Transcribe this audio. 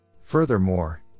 Furthermore